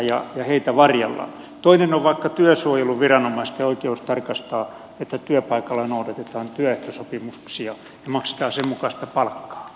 toinen esimerkki on vaikka työsuojeluviranomaisten oikeus tarkastaa että työpaikalla noudatetaan työehtosopimuksia ja maksetaan sen mukaista palkkaa